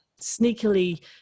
sneakily